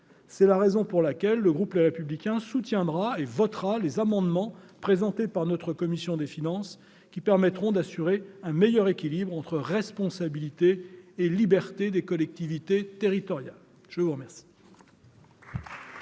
C'est la raison pour laquelle le groupe Les Républicains soutiendra et votera les amendements présentés par notre commission des finances, dont l'adoption permettra d'assurer un meilleur équilibre entre responsabilité et liberté des collectivités territoriales. La parole